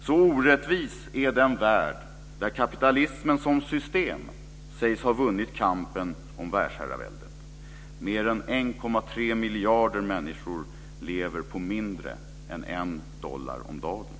Så orättvis är den värld där kapitalismen som system sägs ha vunnit kampen om världsherraväldet. Mer än 1,3 miljarder människor lever på mindre än en dollar om dagen.